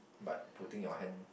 but putting your hand